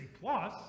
Plus